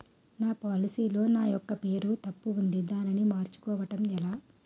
నా పోలసీ లో నా యెక్క పేరు తప్పు ఉంది దానిని మార్చు కోవటం ఎలా?